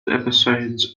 episodes